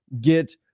get